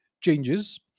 changes